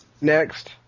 Next